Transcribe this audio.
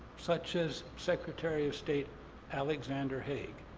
such as secretary of state alexander haig,